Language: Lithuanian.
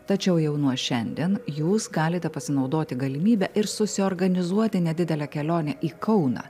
tačiau jau nuo šiandien jūs galite pasinaudoti galimybe ir susiorganizuoti nedidelę kelionę į kauną